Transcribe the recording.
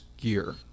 gear